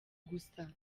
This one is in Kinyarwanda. gusa